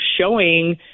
showing